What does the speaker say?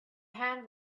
hand